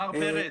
מר פרץ,